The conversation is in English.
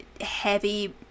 heavy